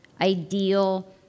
ideal